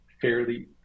fairly